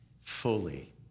fully